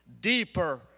deeper